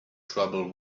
trouble